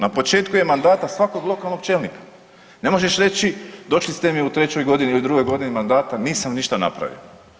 Na početku je mandata svakog lokalnog čelnika, ne možeš reći došli ste mi u trećoj godini i u drugoj godini mandata nisam ništa napravio.